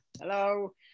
Hello